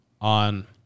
on